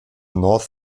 north